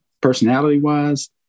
personality-wise